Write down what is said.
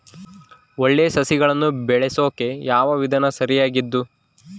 ಒಳ್ಳೆ ಸಸಿಗಳನ್ನು ಬೆಳೆಸೊಕೆ ಯಾವ ವಿಧಾನ ಸರಿಯಾಗಿದ್ದು?